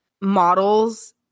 models